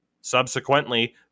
subsequently